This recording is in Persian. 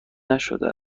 نشده